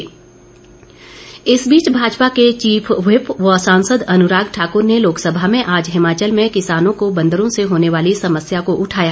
अन्राग ठाक्र इस बीच भाजपा के चीफ व्हिप व सांसद अनुराग ठाकुर ने लोकसभा में आज हिमाचल में किसानों को बंदरों से होने वाली समस्या को उठाया